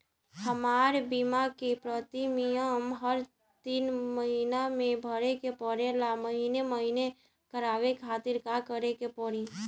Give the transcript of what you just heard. हमार बीमा के प्रीमियम हर तीन महिना में भरे के पड़ेला महीने महीने करवाए खातिर का करे के पड़ी?